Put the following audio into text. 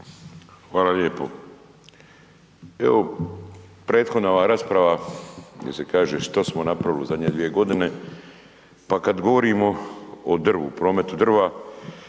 Hvala lijepo. Evo, prethodna ova rasprava gdje se kaže što smo napravili u zadnje dvije godine, pa kad govorimo o drvu, prometu drva,